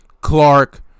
Clark